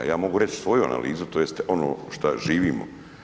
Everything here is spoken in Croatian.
Ja mogu reći svoju analizu tj. ono šta živimo.